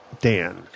Dan